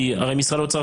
כי הרי משרד האוצר,